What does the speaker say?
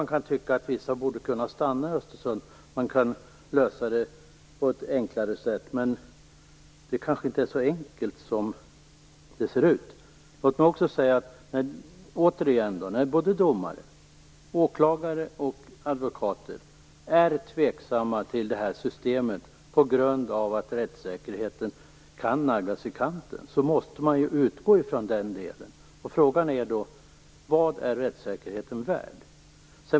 Man kan ju tycka att vissa skulle kunna få stanna i Östersund och att man kan lösa det hela på ett enklare sätt. Men det kanske inte är så enkelt som det ser ut? När både domare, åklagare och advokater är tveksamma till systemet på grund av att rättssäkerheten kan naggas i kanten måste man utgå från att det är så. Frågan är: Vad är rättssäkerheten värd?